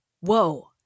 whoa